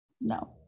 no